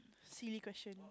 silly question